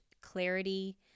clarity